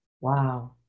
Wow